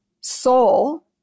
soul